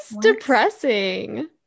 depressing